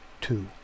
two